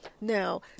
Now